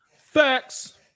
Facts